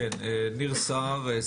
ניר סהר,